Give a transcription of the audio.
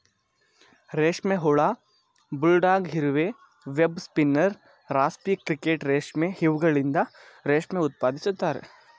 ರೇಷ್ಮೆ ಹುಳ, ಬುಲ್ಡಾಗ್ ಇರುವೆ, ವೆಬ್ ಸ್ಪಿನ್ನರ್, ರಾಸ್ಪಿ ಕ್ರಿಕೆಟ್ ರೇಷ್ಮೆ ಇವುಗಳಿಂದ ರೇಷ್ಮೆ ಉತ್ಪಾದಿಸುತ್ತಾರೆ